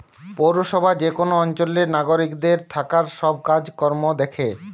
পৌরসভা যে কোন অঞ্চলের নাগরিকদের থাকার সব কাজ কর্ম দ্যাখে